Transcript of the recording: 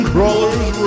Crawler's